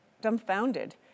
dumbfounded